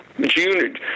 June